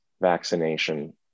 vaccination